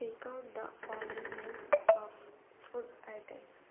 speak out the following names of food items